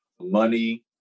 money